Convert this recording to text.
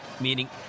meaning